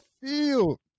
field